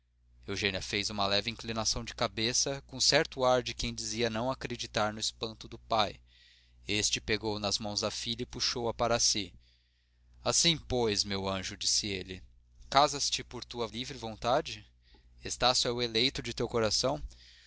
eugênia fez uma leve inclinação de cabeça com certo ar de quem dizia não acreditar no espanto do pai este pegou nas mãos da filha e puxou-a para si assim pois meu anjo disse ele casas-te por tua livre vontade estácio é o eleito de teu coração